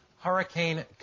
Hurricane